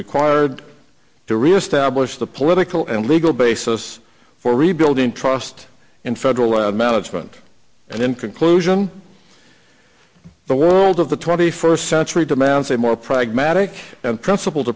required to reestablish the political and legal basis for rebuilding trust in federal lead management and in conclusion the world of the twenty first century demands a more pragmatic and princip